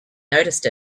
noticed